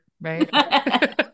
right